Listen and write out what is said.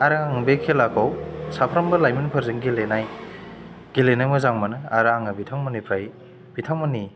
आरो आं बे खेलाखौ साफ्रोमबो लाइमोनफोरजों गेलेनाय गेलेनो मोजां मोनो आरो आङो बिथांमोननिफ्राय बिथांमोननि